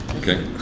Okay